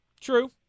true